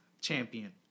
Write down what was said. champion